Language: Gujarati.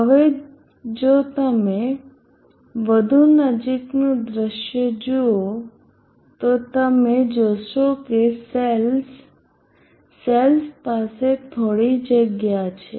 હવે જો તમે વધુ નજીકનું દૃશ્ય જુઓ તો તમે જોશો કે સેલ્સ સેલ્સ પાસે વચ્ચે થોડી જગ્યા છે